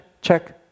check